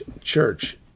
church